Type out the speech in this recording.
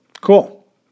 Cool